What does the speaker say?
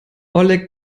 oleg